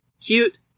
Cute